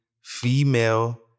female